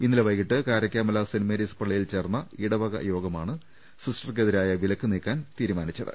ഇന്നലെ വൈകീട്ട് കാരക്കാമല സെന്റ്മേരീസ് പള്ളിയിൽ ചേർന്ന ഇടവക യോഗമാണ് സിസ്റ്റർക്കെതിരായ വിലക്ക് നീക്കാൻ തീരുമാനമെടുത്തത്